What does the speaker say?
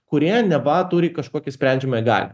kurie neva turi kažkokį sprendžiamąją galią